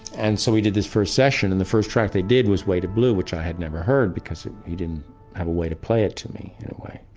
and so we did this first session, and the first track they did was way to blue, which i had never heard because he didn't have a way to play it to me in a way.